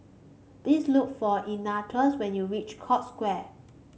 please look for Ignatius when you reach Scotts Square